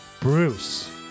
Bruce